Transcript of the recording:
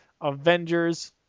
Avengers